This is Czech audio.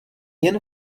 jen